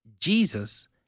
Jesus